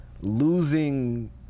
losing